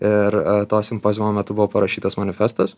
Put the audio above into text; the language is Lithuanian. ir to simpoziumo metu buvo parašytas manifestas